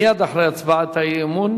מייד אחרי הצבעת האי-אמון